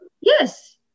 Yes